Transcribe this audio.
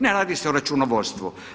Ne radi se o računovodstvu.